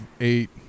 Eight